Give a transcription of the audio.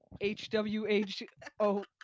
H-W-H-O